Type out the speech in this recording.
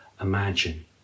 imagine